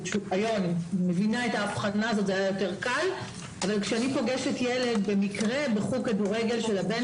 היום אני מבינה את ההבחנה אבל כשאני במקרה פוגשת ילד בחוג כדורגל של הבן